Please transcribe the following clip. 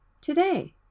today